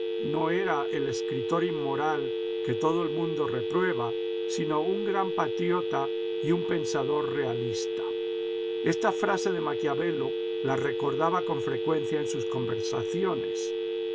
no era el escritor inmoral que todo el mundo reprueba sino un gran patriota y un pensador realista esta frase de maquiavelo la recordaba con frecuencia en sus conversaciones